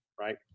Right